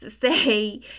say